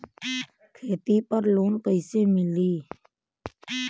खेती पर लोन कईसे मिली?